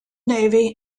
navy